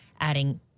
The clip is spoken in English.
adding